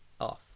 off